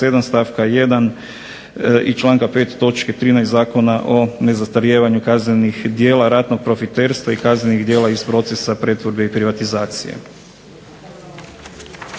stavka 1. i članka 5. točke 13. Zakona o nezastarijevanju kaznenih djela ratnog profiterska i kaznenih djela iz procesa pretvorbe i privatizacije.